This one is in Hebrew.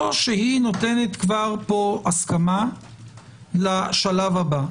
או שהיא נותנת פה כבר הסכמה לשלב הבא?